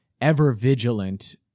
ever-vigilant